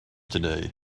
today